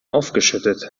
aufgeschüttet